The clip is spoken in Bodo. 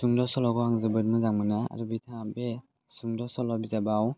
सुंद' सल'खौ आं जोबोद मोजां मोनो आरो बिथाङा बे सुंद' सल' बिजाबाव